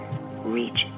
reach